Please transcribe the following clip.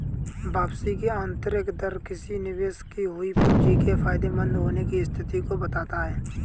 वापसी की आंतरिक दर किसी निवेश की हुई पूंजी के फायदेमंद होने की स्थिति को बताता है